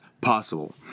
possible